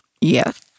Yes